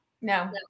No